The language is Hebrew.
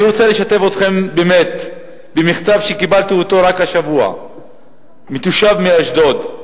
אני רוצה לשתף אתכם באמת במכתב שקיבלתי רק השבוע מתושב אשדוד.